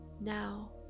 now